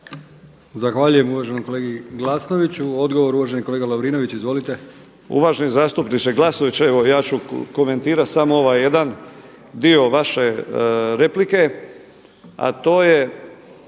Zahvaljujem uvaženom kolegi Glasnoviću. Odgovor uvaženi kolega Lovrinović. **Lovrinović, Ivan (Promijenimo Hrvatsku)** Uvaženi zastupniče Glasnoviću, evo ja ću komentirati samo ovaj jedan dio vaše replike, a to je